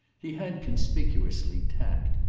he had, conspicuously, tact,